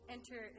Enter